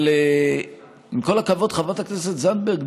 אבל עם כל הכבוד חברת הכנסת זנדברג,